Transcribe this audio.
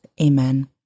Amen